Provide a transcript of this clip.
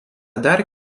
dar